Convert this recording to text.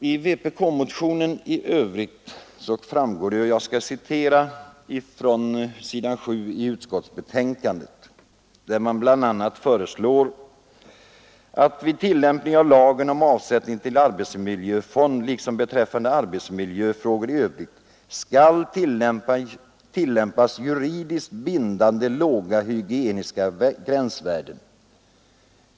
I vpk-motionen föreslås i övrigt, jag citerar från s. 7 i skatteutskottets betänkande ”att vid tillämpning av lagen om avsättning till arbetsmiljöfond liksom beträffande arbetsmiljöfrågor i övrigt skall tillämpas juridiskt bindande låga hygieniska gränsvärden ———”.